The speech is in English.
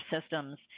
systems